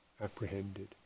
apprehended